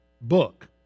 Book